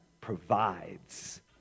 provides